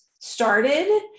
started